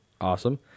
awesome